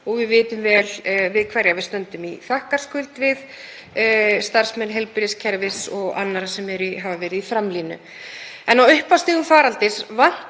og við vitum vel hverja við stöndum í þakkarskuld við; starfsmenn heilbrigðiskerfisins og aðra sem hafa verið í framlínu. En á upphafsstigum faraldursins